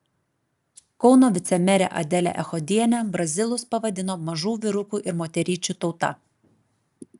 kauno vicemerė adelė echodienė brazilus pavadino mažų vyrukų ir moteryčių tauta